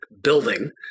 building